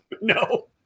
No